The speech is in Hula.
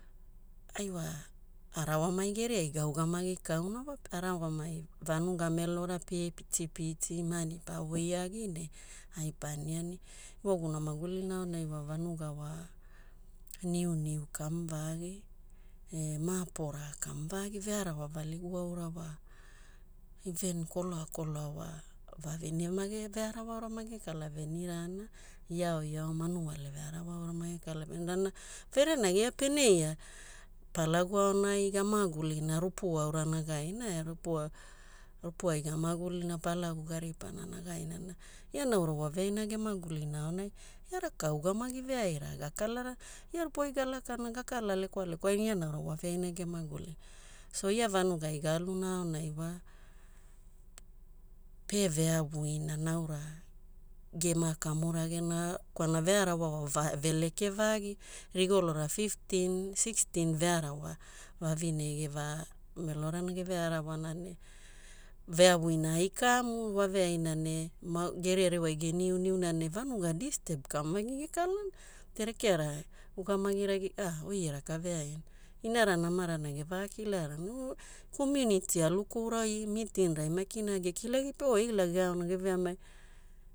Ai wa arawamai geriai gaugaumagi kauna wa arawamai vanuga melora, pie pitipiti, ma'ani pa voi agi ne ai pa aniani. Ewaguna magulina aonai wa vanuga wa niuniu kamuvagi e ma'apora'a kamuvagi, vearawa valigu aura wa even koloa koloa wa vavine mage vearawao aura mage kala venirana, iaoiao manuale vearawa aura mage kala venirana. Verenagi, pene ia Palagu aonai gamagulina, rupu aura nagaina e, rupu a rupu ai gamagulina, Palagu garipi'ana nagaina na ia naura waveaina gemagulina aonai ia raka ugamagi veaira gakalarana? Ia rupu ai galakana gakala lekwalekwana na ia naura waveaina gemagulina so ia vanugai ga'aluna aonai wa pe veavuina naura gema kamuragena kwalana vearawa wa veleke vagi, rigolora fiftin, sixtin, seventin vearawa vavine geva melorana geve arawana ne veavuina ai kamu waveaina na geria ririwai geniuniuna ne vanugai disturb kamuvagi gekalana ne rekearea ugamagira a oi e raka veaina? Inara amarana gevakilarana? No community alukourai meeting rai maki na gekilagi pe wa eila geaona geveamaina.